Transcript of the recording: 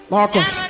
Marcus